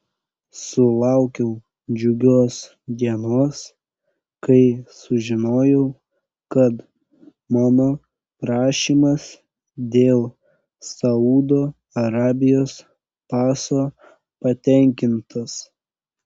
sulaukiau džiugios dienos kai sužinojau kad mano prašymas dėl saudo arabijos paso patenkintas